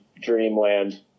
dreamland